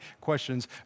Questions